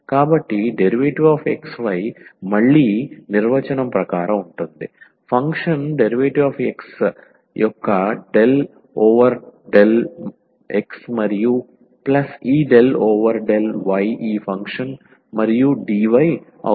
కాబట్టి d మళ్ళీ నిర్వచనం ప్రకారం ఉంటుంది ఫంక్షన్ dx యొక్క డెల్ ఓవర్ డెల్ x మరియు ఈ డెల్ ఓవర్ డెల్ y ఈ ఫంక్షన్ మరియు dy